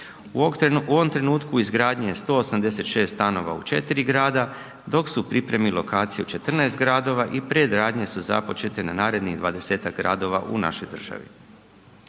U ovom trenutku izgradnje 186 stanova u 4 grada, dok su u pripremi lokacije u 14 gradova i predradnje su započete na narednih 20 gradova u našoj državi.